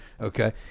Okay